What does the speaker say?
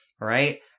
right